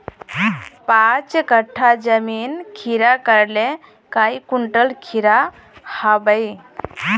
पाँच कट्ठा जमीन खीरा करले काई कुंटल खीरा हाँ बई?